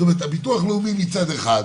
זאת אומרת, הביטוח הלאומי מצד אחד.